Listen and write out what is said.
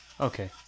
Okay